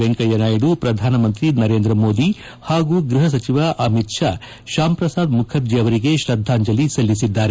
ವೆಂಕಯ್ಯ ನಾಯ್ದು ಪ್ರಧಾನಮಂತ್ರಿ ನರೇಂದ್ರ ಮೋದಿ ಹಾಗೂ ಗೃಹ ಸಚಿವ ಅಮಿತ್ ಷಾ ಶ್ಯಾಮ್ ಪ್ರಸಾದ್ ಮುಖರ್ಜಿ ಅವರಿಗೆ ಶ್ರದ್ಧಾಂಜಲಿ ಸಲ್ಲಿಸಿದ್ದಾರೆ